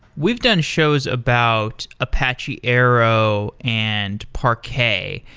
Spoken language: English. we've done shows about apache avro and parquet,